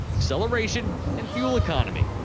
acceleration and fuel economy.